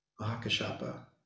Mahakashapa